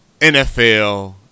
NFL